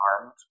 armed